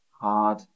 hard